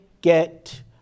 get